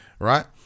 Right